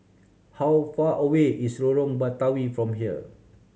how far away is Lorong Batawi from here